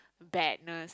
badness